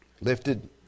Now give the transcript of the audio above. Lifted